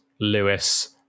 Lewis